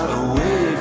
away